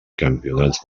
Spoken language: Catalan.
campionats